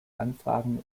anfragen